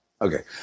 Okay